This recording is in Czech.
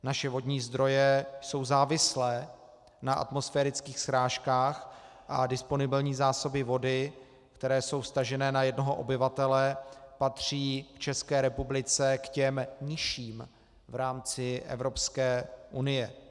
Naše vodní zdroje jsou závislé na atmosférických srážkách a disponibilní zásoby vody, které jsou vztažené na jednoho obyvatele, patří v České republice k těm nižším v rámci Evropské unie.